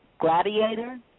Gladiator